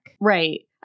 Right